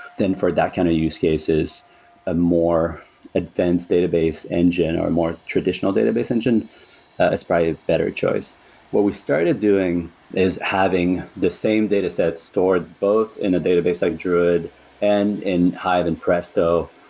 then for that kind of use case is a more advanced database engine, or more traditional database engine is probably a better choice what we started doing is having the same data sets stored both in a database like druid and in hive and presto,